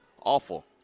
Awful